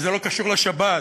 וזה לא קשור לשבת,